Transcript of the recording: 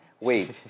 Wait